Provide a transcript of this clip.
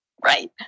Right